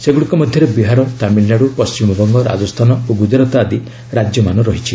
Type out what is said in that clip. ସେଗୁଡ଼ିକ ମଧ୍ୟରେ ବିହାର ତାମିଲ୍ନାଡୁ ପଶ୍ଚିମବଙ୍ଗ ରାଜସ୍ଥାନ ଓ ଗୁକ୍କୁରାତ୍ ଆଦି ରାଜ୍ୟ ରହିଛି